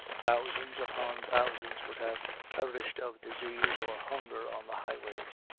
thousands upon thousands would have perished of disease or hunger on the highways.